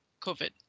COVID